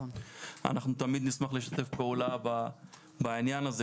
אנחנו תמיד נשמח לשתף פעולה בעניין הזה.